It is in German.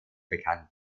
bekannt